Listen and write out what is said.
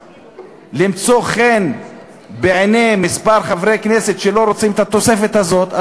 למצוא חן בעיני כמה חברי כנסת שלא רוצים את התוספת הזאת,